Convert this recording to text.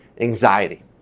anxiety